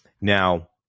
Now